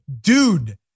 dude